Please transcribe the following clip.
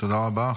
תודה רבה.